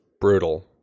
brutal